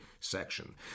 section